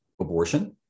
abortion